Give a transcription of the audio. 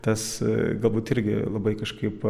tas galbūt irgi labai kažkaip